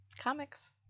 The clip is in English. Comics